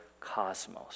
cosmos